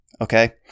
Okay